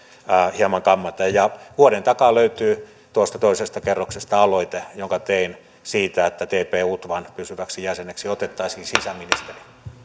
hieman kammata ja vuoden takaa löytyy toisesta kerroksesta aloite jonka tein siitä että tp utvan pysyväksi jäseneksi otettaisiin sisäministeri